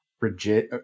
rigid